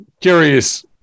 curious